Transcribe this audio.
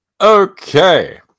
Okay